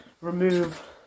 remove